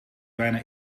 bijna